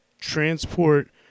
transport